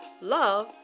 Love